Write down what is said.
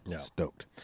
stoked